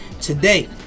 today